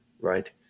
right